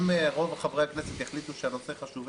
אם רוב חברי הכנסת יחליטו שהנושא חשוב,